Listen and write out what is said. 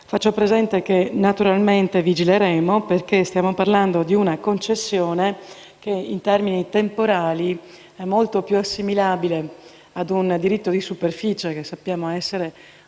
Faccio presente che, naturalmente, vigileremo, perché stiamo parlando di una concessione che in termini temporali è molto più assimilabile a un diritto di superficie (che sappiamo essere